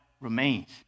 remains